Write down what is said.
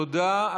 תודה.